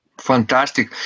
Fantastic